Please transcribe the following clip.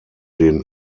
den